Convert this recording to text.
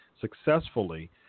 successfully